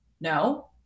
No